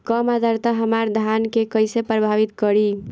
कम आद्रता हमार धान के कइसे प्रभावित करी?